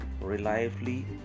reliably